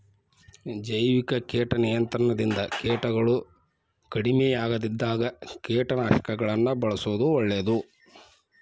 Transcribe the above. ಜೈವಿಕ ಕೇಟ ನಿಯಂತ್ರಣದಿಂದ ಕೇಟಗಳು ಕಡಿಮಿಯಾಗದಿದ್ದಾಗ ಕೇಟನಾಶಕಗಳನ್ನ ಬಳ್ಸೋದು ಒಳ್ಳೇದು